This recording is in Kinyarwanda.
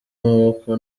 amaboko